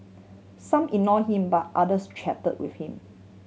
some ignore him but others chat with him